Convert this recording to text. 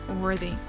worthy